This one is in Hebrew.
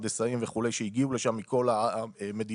הנדסאים וכולי שהגיעו לשם מכל המדינות,